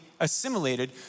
assimilated